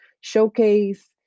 showcase